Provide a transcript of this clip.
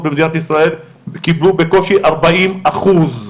במדינת ישראל קיבלו בקושי ארבעים אחוז.